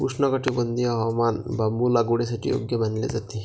उष्णकटिबंधीय हवामान बांबू लागवडीसाठी योग्य मानले जाते